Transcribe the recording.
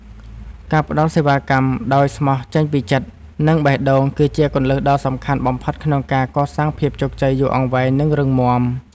ការផ្ដល់សេវាកម្មដោយស្មោះចេញពីចិត្ត និងបេះដូង គឺជាគន្លឹះដ៏សំខាន់បំផុតក្នុងការកសាងភាពជោគជ័យយូរអង្វែង និងរឹងមាំ។